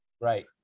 Right